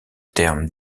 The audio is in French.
terme